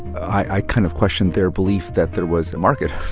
i kind of questioned their belief that there was a market